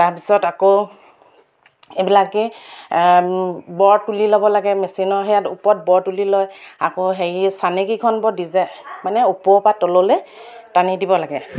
তাৰপিছত আকৌ এইবিলাকেই বৰ তুলি ল'ব লাগে মেচিনৰ সেয়াত ওপৰত বৰ তুলি লয় আকৌ হেৰি চানেকিখন বৰ দি যায় মানে ওপৰৰ পৰা তললৈ টানি দিব লাগে